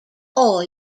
all